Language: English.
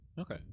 Okay